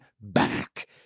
back